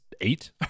eight